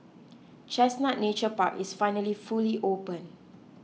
Chestnut Nature Park is finally fully open